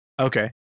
Okay